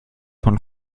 von